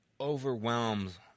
overwhelms